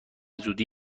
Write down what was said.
زودی